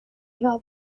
had